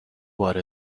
بار